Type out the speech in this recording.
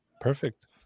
perfect